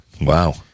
Wow